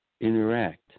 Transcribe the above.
interact